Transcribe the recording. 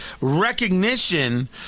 recognition